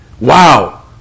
Wow